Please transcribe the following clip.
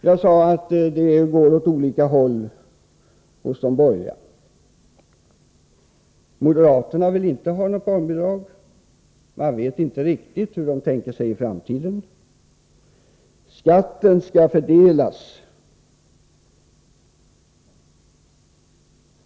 Jag sade att de borgerliga drar åt olika håll. Moderaterna vill inte ha något barnbidrag, man vet inte riktigt hur de vill göra i framtiden. Skatten skall fördelas.